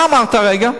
מה אמרתי הרגע?